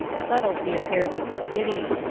settled the affairs of the city.